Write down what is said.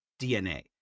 DNA